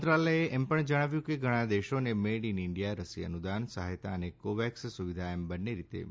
મંત્રાલયે એમ પણ જણાવ્યું કે ઘણાં દેશોને મેડ ઇન ઇન્ડિયા રસી અનુદાન સહાયતા અને કોવેક્સ સુવિધા એમ બંન્ને રીતે મોકલાઇ છે